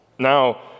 Now